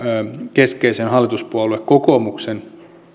keskeisen hallituspuolue kokoomuksen